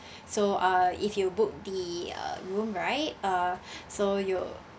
so uh if you book the uh room right uh so you